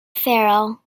feral